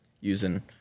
using